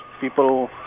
people